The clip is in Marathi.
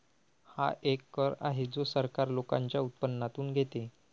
हा एक कर आहे जो सरकार लोकांच्या उत्पन्नातून घेते